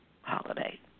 holiday